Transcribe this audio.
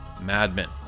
madmen